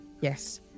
yes